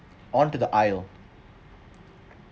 on to the aisle